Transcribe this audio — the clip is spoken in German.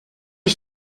ich